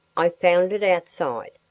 i found it outside.